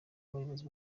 abayobozi